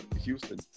Houston